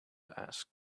asked